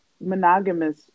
monogamous